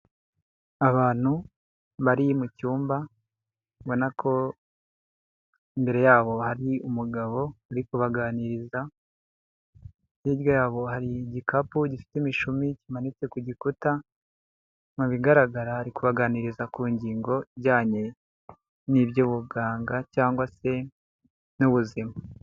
Abantu bari mu cyumba, ubona ko imbere yabo hari umugabo uri kubaganiriza, hirya yabo hari igikapu, gifite imishumi kimanitse ku gikuta, mu bigaragara ari kubabaganiriza ku ngingo ijyanye n'iby'ubuganga cyangwa se n'ubuzima.